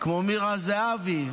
כמו מירה זהבי.